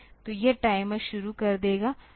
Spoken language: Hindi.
तो यह टाइमर शुरू कर देगा